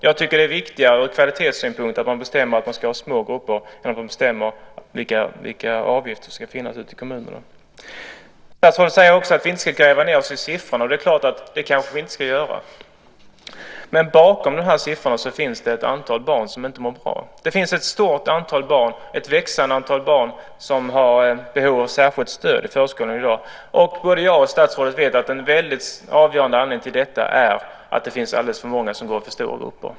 Jag tycker att det är viktigare ur kvalitetssynpunkt att man bestämmer att det ska vara små grupper än att man bestämmer vilka avgifter som ska finnas ute i kommunerna. Statsrådet säger också att vi inte ska gräva ned oss i siffrorna. Det kanske vi inte ska göra. Men bakom siffrorna finns det ett antal barn som inte mår bra. Det finns ett stort och växande antal barn som har behov av särskilt stöd i förskolan i dag. Både jag och statsrådet vet att en avgörande anledning till detta är att det finns alldeles många som går i för stora grupper.